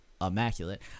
immaculate